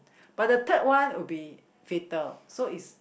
but the third one will be fatal so is